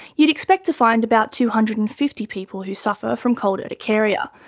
you'd expect to find about two hundred and fifty people who suffer from cold urticaria.